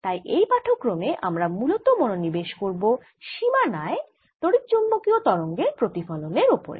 তাই এই পাঠক্রমে আমরা মূলত মনোনিবেশ করব সীমানায় তড়িৎচুম্বকীয় তরঙ্গের প্রতিফলনের ওপরে